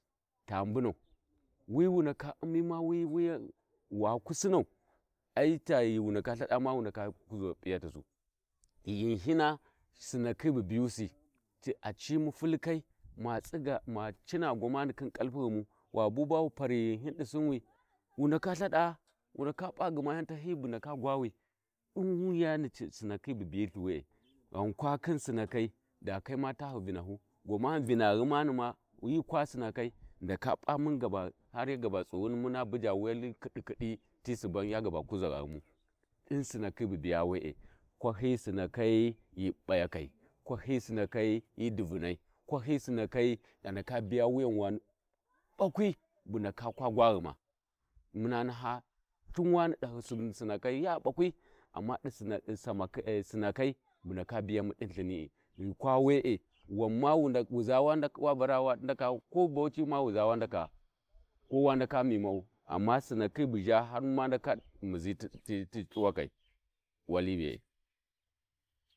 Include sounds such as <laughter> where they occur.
﻿Ta inbunau wi wu ndaka umi wi wuyani Waku Sinan ai ghiwu ndaka lthada ma wa ndaka kuʒa p’iyatasu ghihina sinakhi bu biyusi a cimu fulkai ma tsiga ma cina gwamani khi Kalpughuumu, wa bu bawu pari ghihi di sinwi wu ndaka Ithada Wu ndaka p'a gma yau tahiyi bu ndaka gwawi di wi Wuyani Sinakhi bu biyusi wee ghaukwau sinnakai da Kayi, ma tahu vinahu gwamani Vinaghuma na ni kwa Sinnakai ghi ndaka p'a har ya gaba tsighuni har muna buja wali kidikidi ti suban wu ya ga kuza ghumu din sinnakhi bu biye we'e Kwahi Sinnakai hi ɓayakai Kwahi Sinakai hi divuna kwahi sinakai a ndaka biya wuyan wani ɓakwi bu ndaka kwa gwaghuma muna naha cunwani dahi subu Sinakai ya ɓakwi amma Sinakai ci ndaka biyamu din lthiniyu wu za wa ndaka ko Bauchi ma wuzaWa ndaka miyi mdu amma Sinnakhi bu zha wa ndaka kowa ndaka kowa ndaka miyi ma'u <noise> wali bee.